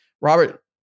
Robert